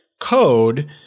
code